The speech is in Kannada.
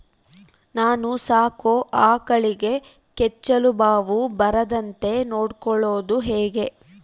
ನಾನು ಸಾಕೋ ಆಕಳಿಗೆ ಕೆಚ್ಚಲುಬಾವು ಬರದಂತೆ ನೊಡ್ಕೊಳೋದು ಹೇಗೆ?